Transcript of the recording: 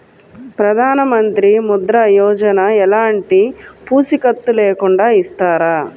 ప్రధానమంత్రి ముద్ర యోజన ఎలాంటి పూసికత్తు లేకుండా ఇస్తారా?